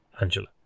Angela